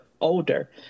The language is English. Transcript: older